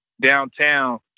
downtown